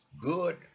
Good